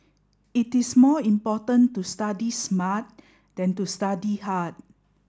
it is more important to study smart than to study hard